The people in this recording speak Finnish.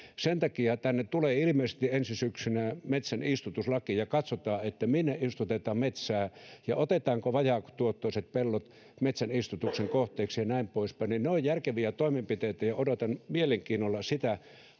sen takia tänne tulee ilmeisesti ensi syksynä metsänistutuslaki ja katsotaan minne istutetaan metsää ja otetaanko vajaatuottoiset pellot metsänistutuksen kohteeksi ja näin pois päin ne ovat järkeviä toimenpiteitä odotan mielenkiinnolla sitä